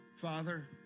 Father